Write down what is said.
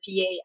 PA